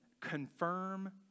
confirm